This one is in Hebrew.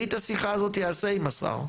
אני את השיחה הזאת אעשה עם השר,